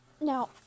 Now